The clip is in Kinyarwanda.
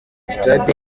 sitade